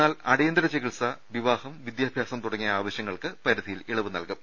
എന്നാൽ അടിയന്തര ചികിത്സ വിവാഹം വിദ്യാഭ്യാസം തുടങ്ങിയ ആവശ്യങ്ങൾക്ക് പരിധിയിൽ ഇളവ് നൽകും